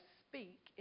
speak